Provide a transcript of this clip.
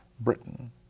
Britain